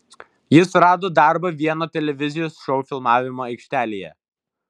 jis rado darbą vieno televizijos šou filmavimo aikštelėje